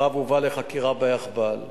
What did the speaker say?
הרב הובא לחקירה ביאחב"ל,